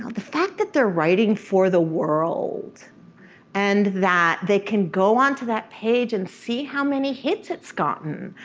the fact that they're writing for the world and that they can go onto that page and see how many hits it's gotten,